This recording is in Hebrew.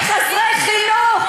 חסרי חינוך,